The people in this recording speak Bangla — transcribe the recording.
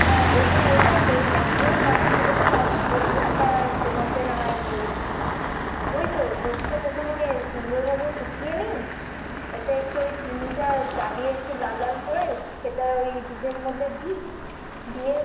হ্যাঁ ওটা ওটা দইটা কীভাবে বানাই সেটা তো কাউকে বলি না তা তোমাকে না হয় বলছি ওই তো দুধটা প্রথমে সুন্দরভাবে ফুটিয়ে নিই ওতে একটু ওই চিনিটা জ্বালিয়ে একটু লাল লাল করে সেটা ওই দুধের মধ্যে দিই দিয়ে